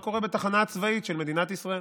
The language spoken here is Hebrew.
מה קורה בתחנה הצבאית של מדינת ישראל,